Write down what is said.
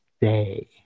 day